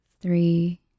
three